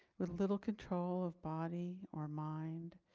with little control of body or mind.